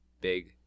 big